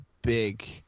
big